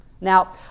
Now